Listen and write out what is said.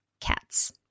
cats